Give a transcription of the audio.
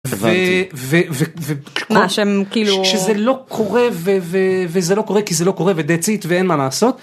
מה, שהם כאילו?.. שזה לא קורה וזה לא קורה כי זה לא קורה ו-that's it ואין מה לעשות.